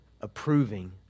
approving